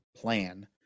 plan